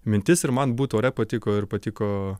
mintis ir man būt ore patiko ir patiko